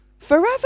forever